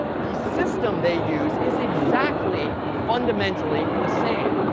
the system they use is exactly, fundamentally the same.